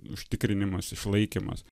užtikrinimas išlaikymas